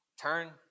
Turn